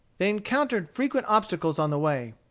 they encountered frequent obstacles on the way.